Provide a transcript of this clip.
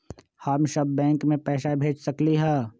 हम सब बैंक में पैसा भेज सकली ह?